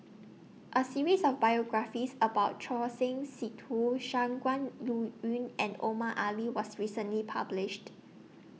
A series of biographies about Choor Singh Sidhu Shangguan Liuyun and Omar Ali was recently published